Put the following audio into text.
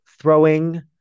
throwing